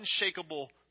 unshakable